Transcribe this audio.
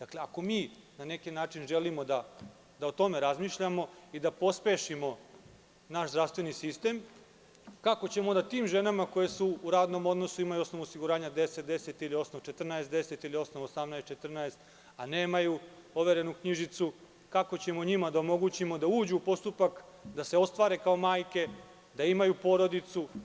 Ako mi želimo o tome da razmišljamo i da pospešimo naš zdravstveni sistem, kako ćemo tim ženama koje su u radnom odnosu, imaju osnovu osiguranja 1010 ili osnov 1410 ili osnov 1814, a nemaju overenu knjižicu, kako ćemo njima da omogućimo da uđu u postupak, da se ostvare kao majke, da imaju porodicu?